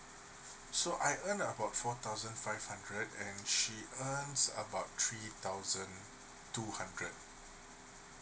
so I earn about four thousand five hundred and she earns about three thousand two hundred